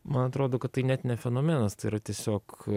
man atrodo kad tai net ne fenomenas tai yra tiesiog